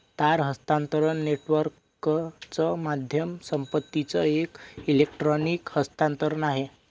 तार हस्तांतरण नेटवर्कच माध्यम संपत्तीचं एक इलेक्ट्रॉनिक हस्तांतरण आहे